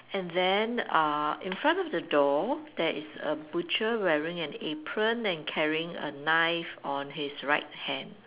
and then uh in front of the door there is a butcher wearing an apron and carrying a knife on his right hand